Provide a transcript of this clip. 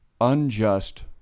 unjust